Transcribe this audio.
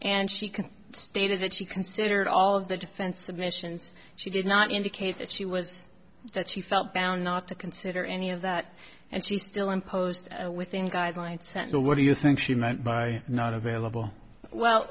and she can stated that she considered all of the defense submissions she did not indicate that she was that she felt bound not to consider any of that and she still imposed within the guidelines set so what do you think she meant by not available well